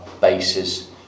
bases